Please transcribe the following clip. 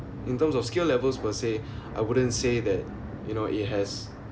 in terms of skill levels per se I wouldn't say that you know it has